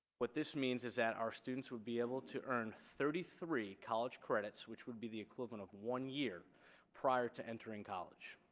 what this means is that our students will be able to earn thirty three college credits which would be the equivalent of one year prior to entering college